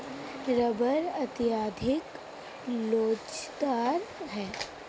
rubber अत्यधिक लोचदार है